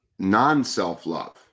non-self-love